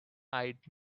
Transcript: eyed